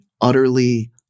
utterly